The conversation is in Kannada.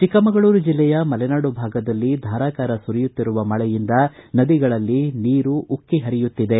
ಚಿಕ್ಕಮಗಳೂರು ಜಿಲ್ಲೆಯ ಮಲೆನಾಡು ಭಾಗದಲ್ಲಿ ಧಾರಾಕಾರ ಸುರಿಯುತ್ತಿರುವ ಮಳೆಯಂದ ನದಿಗಳಲ್ಲಿ ನೀರು ಉಕ್ಕಿ ಪರಿಯುತ್ತಿದೆ